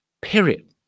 Period